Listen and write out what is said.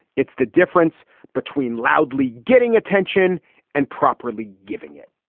it's the difference between loudly getting attention and properly giving it